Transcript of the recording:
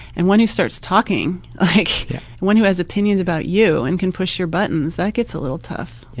and one who starts talking like one who has opinion about you and can push your buttons. that gets a little tough. yeah,